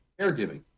caregiving